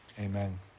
amen